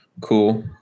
Cool